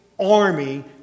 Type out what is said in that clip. army